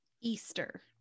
Easter